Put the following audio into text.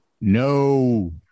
No